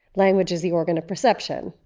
language is the organ of perception.